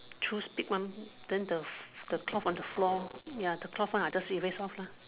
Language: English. choose big one then the the cloth on the floor ya the cloth one I just erase off lah